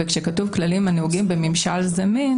וכשכתוב "כללים הנוגעים בממשל זמין